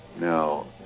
now